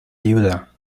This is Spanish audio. ayuda